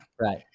Right